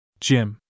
Jim